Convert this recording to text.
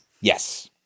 Yes